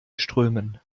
strömen